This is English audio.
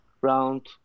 round